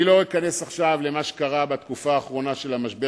אני לא אכנס עכשיו למה שקרה בתקופה האחרונה של המשבר,